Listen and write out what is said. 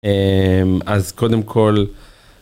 אז קודם כל